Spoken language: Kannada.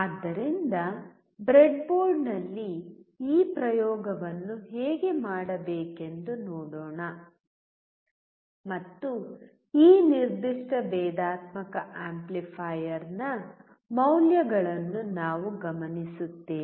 ಆದ್ದರಿಂದ ಬ್ರೆಡ್ಬೋರ್ಡ್ನಲ್ಲಿ ಈ ಪ್ರಯೋಗವನ್ನು ಹೇಗೆ ಮಾಡಬೇಕೆಂದು ನೋಡೋಣ ಮತ್ತು ಈ ನಿರ್ದಿಷ್ಟ ಭೇದಾತ್ಮಕ ಆಂಪ್ಲಿಫೈಯರ್ನ ಮೌಲ್ಯಗಳನ್ನು ನಾವು ಗಮನಿಸುತ್ತೇವೆ